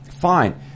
Fine